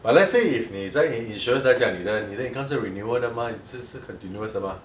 but let's say if 你在 insurance 来讲你的你的 income 是有 renewal 的 mah 是是 continuous 的 mah